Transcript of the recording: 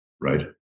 right